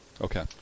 Okay